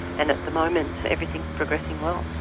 and at the moment everything is progressing well.